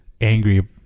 angry